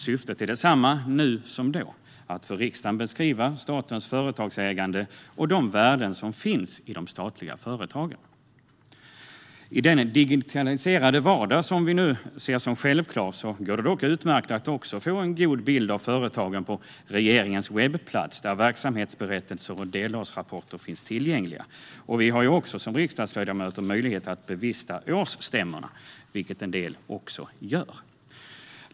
Syftet är detsamma nu som då: att för riksdagen beskriva statens företagsägande och de värden som finns i de statliga företagen. I den digitaliserade vardag som vi nu ser som självklar går det dock utmärkt att också få en god bild av företagen på regeringens webbplats, där verksamhetsberättelser och delårsrapporter finns tillgängliga. Som riksdagsledamöter har vi också möjlighet att bevista årsstämmorna, vilket en del också gör.